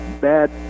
bad